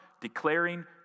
declaring